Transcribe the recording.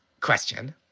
question